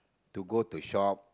to go to shop